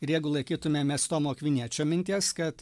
ir jeigu laikytumėmės tomo akviniečio minties kad